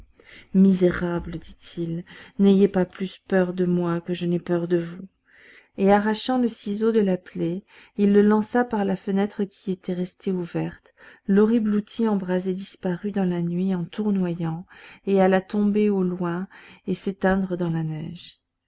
misérables dit-il n'ayez pas plus peur de moi que je n'ai peur de vous et arrachant le ciseau de la plaie il le lança par la fenêtre qui était restée ouverte l'horrible outil embrasé disparut dans la nuit en tournoyant et alla tomber au loin et s'éteindre dans la neige